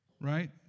right